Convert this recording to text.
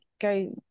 go